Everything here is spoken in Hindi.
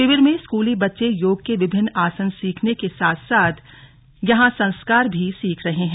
शिविर में स्कूली बच्चे योग के विभिन्न आसन सीखने के साथ साथ यहां सस्कार भी सीख रहे हैं